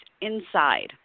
inside